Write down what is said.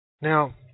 now